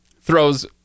throws